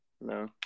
No